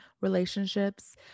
relationships